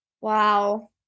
Wow